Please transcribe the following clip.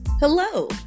Hello